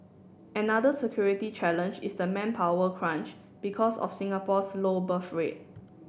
another security challenge is the manpower crunch because of Singapore's low birth rate